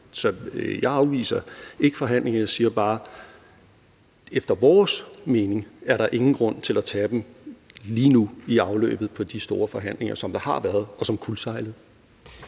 Så jeg afviser ikke forhandlinger. Jeg siger bare, at efter vores mening er der ingen grund til at tage dem lige nu i afløbet på de store forhandlinger, som der har været, og som kuldsejlede.